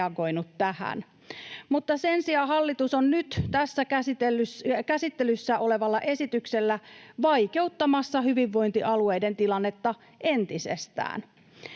Sen sijaan hallitus on nyt käsittelyssä olevalla esityksellä vaikeuttamassa hyvinvointialueiden tilannetta entisestään.